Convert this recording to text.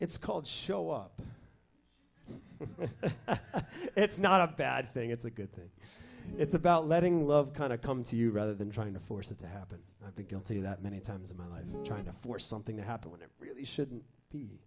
it's called show up it's not a bad thing it's a good thing it's about letting love kind of come to you rather than trying to force it to happen i think guilty that many times in my life trying to force something to happen when it really shouldn't be